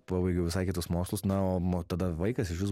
pabaigiau visai kitus mokslus na o tada vaikas išvis